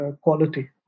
quality